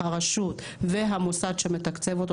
הרשות והמוסד שמתקצב אותו,